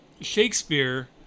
Shakespeare